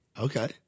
Okay